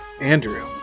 Andrew